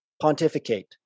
pontificate